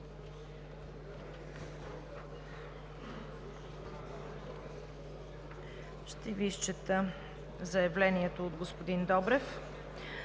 Ще Ви изчета заявлението от господин Добрев: